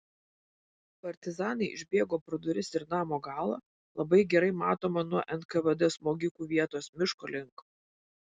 partizanai išbėgo pro duris ir namo galą labai gerai matomą nuo nkvd smogikų vietos miško link